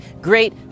great